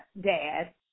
dad